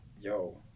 yo